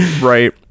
right